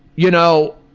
you know,